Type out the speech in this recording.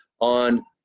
on